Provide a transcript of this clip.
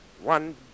one